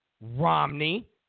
Romney